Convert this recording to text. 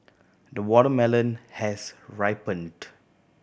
the watermelon has ripened